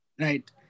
Right